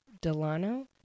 Delano